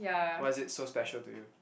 why is it so special to you